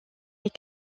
est